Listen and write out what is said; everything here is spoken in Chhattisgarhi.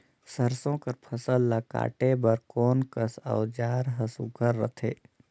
सरसो कर फसल ला काटे बर कोन कस औजार हर सुघ्घर रथे?